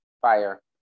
fire